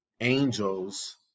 angels